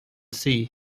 sea